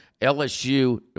LSU